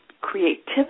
creativity